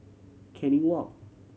Canning Walk